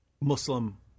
Muslim